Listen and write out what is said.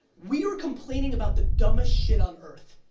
we are complaining about the dumbest shit on earth.